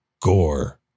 gore